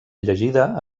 llegida